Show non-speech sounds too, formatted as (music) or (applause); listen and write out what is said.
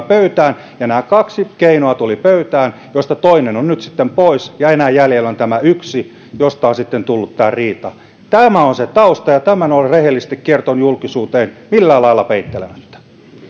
(unintelligible) pöytään tulivat nämä kaksi keinoa joista toinen on nyt sitten pois ja enää jäljellä on tämä yksi josta on sitten tullut tämä riita tämä on se tausta ja tämän olen rehellisesti kertonut julkisuuteen millään lailla peittelemättä